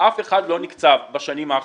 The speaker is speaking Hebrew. אף אחד לא נקצב בשנים האחרונות.